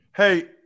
Hey